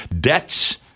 Debts